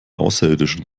außerirdischen